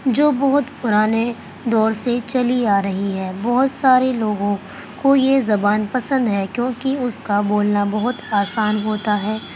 جو بہت پرانے دور سے چلی آ رہی ہے بہت سارے لوگوں کو یہ زبان پسند ہے کیونکہ اس کا بولنا بہت آسان ہوتا ہے